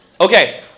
okay